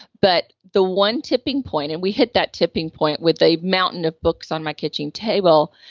but, the one tipping point and we hit that tipping point with a mountain of books on my kitchen table.